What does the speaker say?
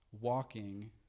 walking